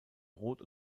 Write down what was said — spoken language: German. rot